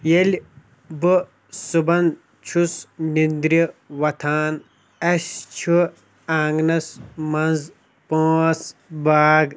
ییٚلہِ بہٕ صبحن چھُس نیٚنٛدرِ وَتھان اَسہِ چھُ آنٛگنَس منٛز پانٛژھ باغ